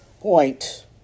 point